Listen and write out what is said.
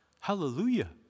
Hallelujah